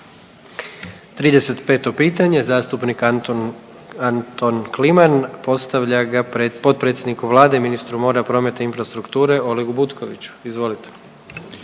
35 pitanje zastupnik Anton, Anton Kliman postavlja potpredsjedniku vlade i ministru mora, prometa i infrastrukture Olegu Butkoviću. Izvolite.